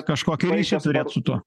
kažkokį ryšį turėt su tuo